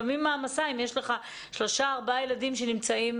אם החסמים האלה לא ידבקו,